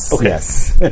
Yes